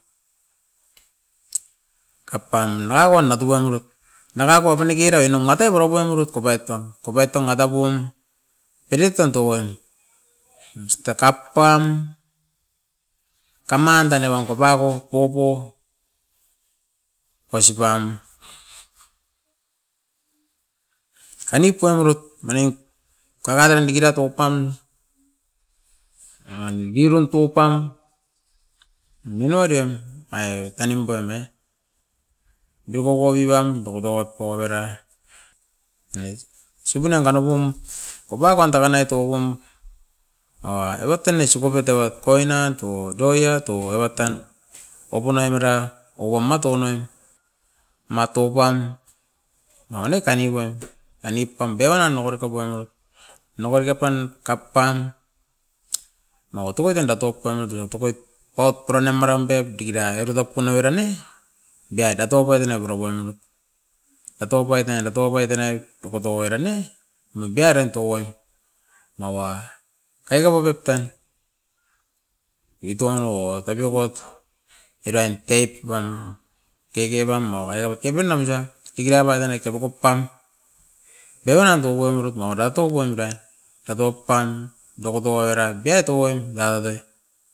Kapan nakakuan natuppoiem doit, nakakuan panukirai oinom matoi purapai murut kopaitotan. Kopaitotan atapm menit tontokoin, aus teka pam kaman dan nevan kopiako popo ausipam mani poimirut kaka dan diki da toupam. Aine diraon toupam minoriam aio tanim poim e, diwowoki pan tokotokot poi avera ais sukunan kanupum popiakon takunai tokopum owa evat tan ai isop atut evat koinan tou, doiat tou, evat tan kopun avera owa matou noin natupam mawa ni kanipoim ani pam biona noke diki painoi. Nokodiki pan, kap pan noua tokoidan da tok paimait oin, itokoit paup puranem maram pep diki da era top pun avera ne biat atoupait en avera poinamit. A top pait ne, a top ait tenai dokoto oiran ne mubiaren tokoit mawa kaikeva kup tan, bituan owo tapiokot erain teip pan deke pam nou aio kepe nanga, diki dabai danai eva kop pam bewa nan dokoi murut nawa ratokoi mara. A dokpam dokoto oira biat owain nangat oi.